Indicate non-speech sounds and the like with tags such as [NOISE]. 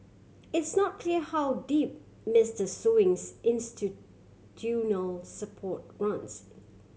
it's not clear how deep Mister Sewing's [UNINTELLIGIBLE] support runs